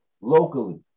locally